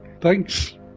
thanks